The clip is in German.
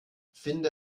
finde